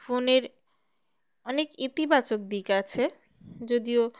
ফোনের অনেক ইতিবাচক দিক আছে যদিও